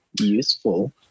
useful